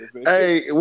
Hey